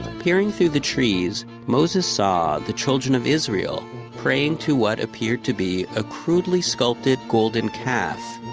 peering through the trees, moses saw the children of israel praying to what appeared to be a crudely sculpted golden calf.